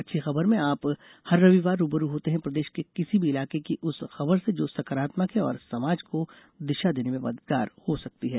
अच्छी खबर में आप हर रविवार रूबरू होते हैं प्रदेश के किसी भी इलाके की उस खबर से जो सकारात्मक है और समाज को दिशा देने में मददगार हो सकती है